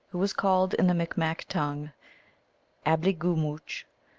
who is called in the micmac tongue ableegumooch,